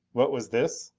what was this?